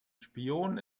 spion